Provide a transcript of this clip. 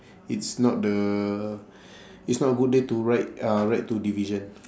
it's not the it's not a good day to ride uh ride to division